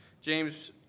James